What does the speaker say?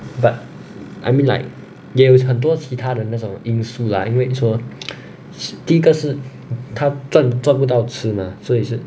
but I mean like there is 很多其他的那种因素啦因为说第一个是它赚赚不到吃的所以是